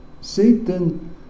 Satan